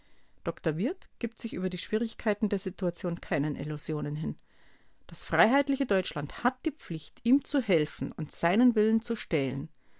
dr wirth gibt sich über die schwierigkeiten der situation keinen illusionen hin das freiheitliche deutschland hat die pflicht ihm zu helfen und seinen willen zu stählen